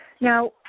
Now